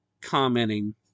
commenting